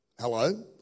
hello